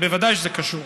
בוודאי שזה קשור.